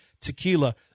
tequila